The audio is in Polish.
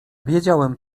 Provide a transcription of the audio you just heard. wiedziałem